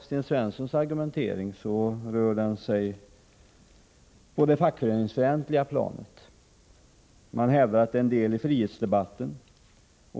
Sten Svenssons argumentering rör sig på det fackföreningsfientliga planet. Han hävdar att denna fråga är en del i frihetsdebatten.